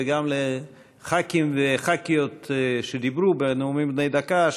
וגם לח"כים ולח"כיות שדיברו בנאומים בני דקה,